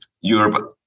Europe